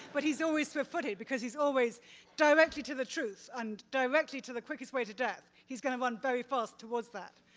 but he's always swift-footed because always directly to the truth and directly to the quickest way to death. he's going to run very fast towards that,